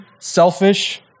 selfish